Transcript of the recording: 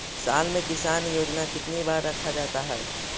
साल में किसान योजना कितनी बार रखा जाता है?